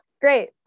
great